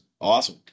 awesome